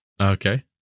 Okay